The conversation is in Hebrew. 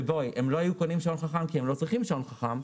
והם לא היו קונים שעון חכם כי הם לא צריכים שעון חכם.